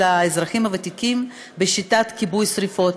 האזרחים הוותיקים בשיטת כיבוי שרפות,